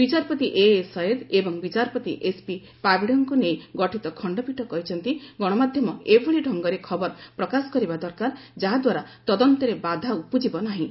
ବିଚାରପତି ଏଏସୟେଦ ଏବଂ ବିଚାରପତି ଏସ୍ପି ପାଭାଡେଙ୍କୁ ନେଇ ଗଠିତ ଖଣ୍ଡପୀଠ କହିଛନ୍ତି ଗଣମାଧ୍ୟମ ଏଭଳି ଡ଼ଙ୍ଗରେ ଖବର ପ୍ରକାଶ କରିବା ଦରକାର ଯାହାଦ୍ୱାରା ତଦନ୍ତରେ ବାଧା ଉପୁଜିବ ନାହିଁ